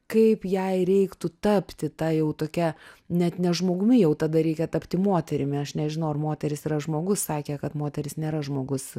kaip jai reiktų tapti ta jau tokia net ne žmogumi jau tada reikia tapti moterimi aš nežinau ar moteris yra žmogus sakė kad moteris nėra žmogus